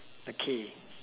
okay